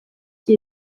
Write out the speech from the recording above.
qui